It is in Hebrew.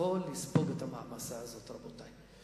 יכול לספוג את המעמסה הזאת, רבותי?